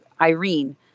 Irene